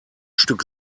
stück